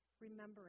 remembering